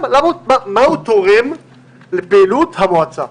מה הוא תורם לפעילות המועצה?